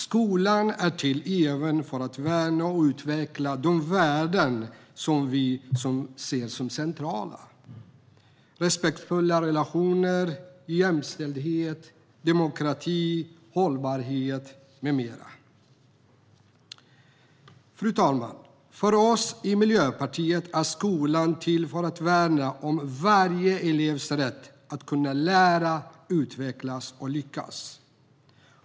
Skolan är även till för att värna och utveckla de värden vi ser som centrala: respektfulla relationer, jämställdhet, demokrati, hållbarhet med mera. Fru talman! För oss i Miljöpartiet är skolan till för att värna varje elevs rätt att lära, utvecklas och lyckas.